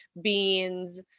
beans